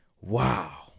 Wow